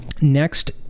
next